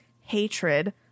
hatred